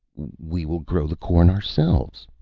we will grow the corn ourselves.